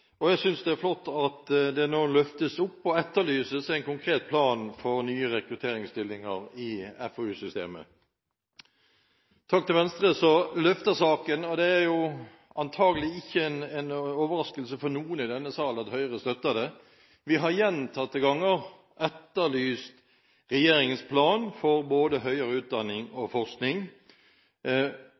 etterlyses en konkret plan for nye rekrutteringsstillinger i FoU-systemet. Takk til Venstre som løfter saken. Det er antakelig ikke en overraskelse for noen i denne salen at Høyre støtter den. Vi har gjentatte ganger etterlyst regjeringens plan for både høyere utdanning og forskning,